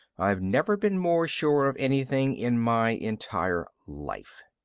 i've never been more sure of anything in my entire life.